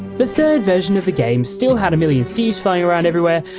the third version of the game still had a million steve's flying around everywhere,